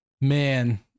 man